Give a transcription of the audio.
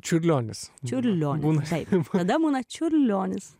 čiurlionis čiurlionis kaip demoną čiurlionis